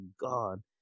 God